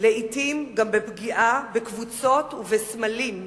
לעתים גם בפגיעה בקבוצות ובסמלים,